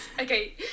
Okay